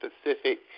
specific